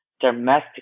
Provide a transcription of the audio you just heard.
domestic